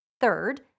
Third